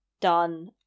done